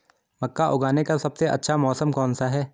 मक्का उगाने का सबसे अच्छा मौसम कौनसा है?